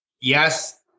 yes